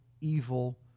evil